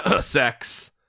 sex